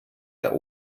der